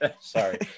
Sorry